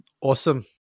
awesome